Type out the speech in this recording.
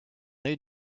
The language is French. œil